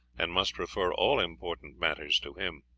and must refer all important matters to him.